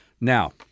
Now